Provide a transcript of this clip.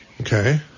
Okay